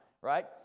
Right